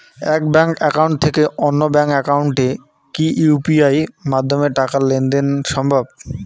এক bank account থেকে অন্য ব্যাংক একাউন্টে কি ইউ.পি.আই মাধ্যমে টাকার লেনদেন দেন সম্ভব?